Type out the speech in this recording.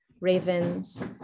ravens